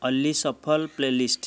Ali shuffle playlist